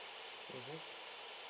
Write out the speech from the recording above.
mmhmm